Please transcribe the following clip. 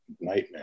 nightmare